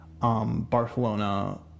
Barcelona